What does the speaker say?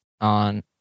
on